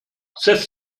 setz